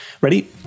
Ready